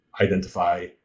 identify